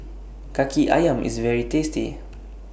Kaki Ayam IS very tasty